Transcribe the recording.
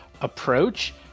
approach